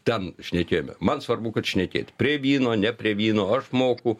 ten šnekėjome man svarbu kad šnekėt prie vyno ne prie vyno aš moku